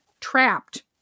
trapped